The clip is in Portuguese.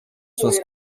suas